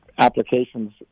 applications